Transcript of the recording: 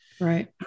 Right